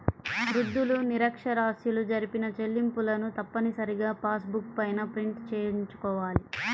వృద్ధులు, నిరక్ష్యరాస్యులు జరిపిన చెల్లింపులను తప్పనిసరిగా పాస్ బుక్ పైన ప్రింట్ చేయించుకోవాలి